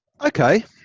Okay